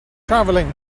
travelling